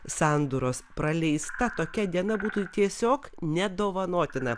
sandūros praleista tokia diena būtų tiesiog nedovanotina